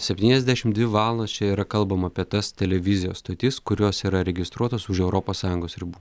septyniasdešim dvi valandos čia yra kalbama apie tas televizijos stotis kurios yra registruotos už europos sąjungos ribų